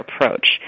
approach